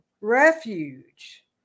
refuge